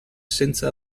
senza